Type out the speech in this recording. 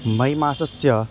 मै मासस्य